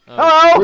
Hello